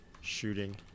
shooting